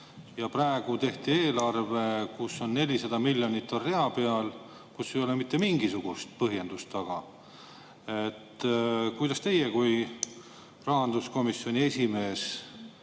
ja praegu tehti eelarve, kus on 400 miljonit rea peal, kus ei ole mitte mingisugust põhjendust taga. Kuidas teie kui rahanduskomisjoni esimees